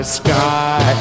sky